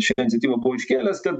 šią iniciatyvą buvo iškėlęs kad